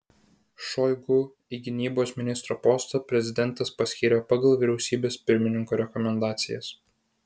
šoigu į gynybos ministro postą prezidentas paskyrė pagal vyriausybės pirmininko rekomendacijas